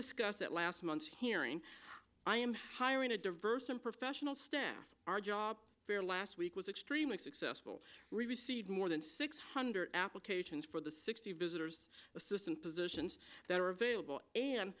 discussed at last month's hearing i am hiring a diverse and professional staff our job fair last week was extremely successful we received more than six hundred applications for the sixty visitors assistant positions that are available a